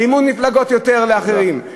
מימון מפלגות יותר לאחרים.